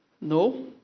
No